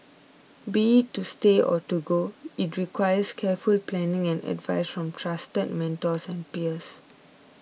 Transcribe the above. be it to stay or to go it requires careful planning and advice from trusted mentors and peers